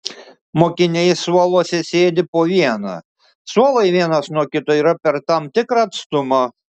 mokiniai suoluose sėdi po vieną suolai vienas nuo kito yra per tam tikrą atstumą